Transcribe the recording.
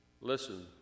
Listen